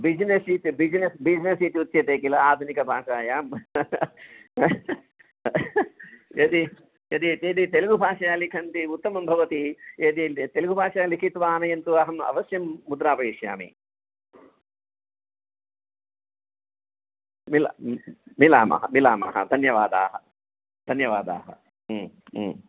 business business इत्युच्यते किल आधुनिकभाषायां यदि यदि यदि तेलुगुभाषया लिखन्ति उत्तमं भवति यदि तेलुगुभाषया लिखित्वा आनयन्तु अहं अवश्यं मुद्रापयिष्यामि मिलामः मिलामः धन्यवादाः धन्यवादाः